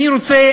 אני רוצה